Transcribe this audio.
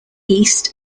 east